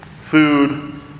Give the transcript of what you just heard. food